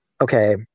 Okay